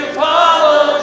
follow